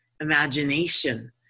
imagination